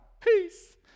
peace